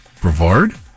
Brevard